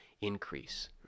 increase